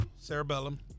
cerebellum